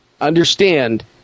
Understand